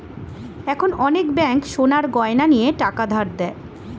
এখন অনেক ব্যাঙ্ক সোনার গয়না নিয়ে টাকা ধার দেয়